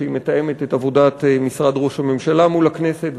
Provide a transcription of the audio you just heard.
שהיא מתאמת את עבודת משרד ראש הממשלה מול הכנסת,